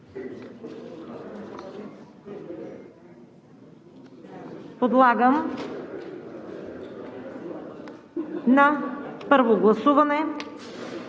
Подлагам на първо гласуване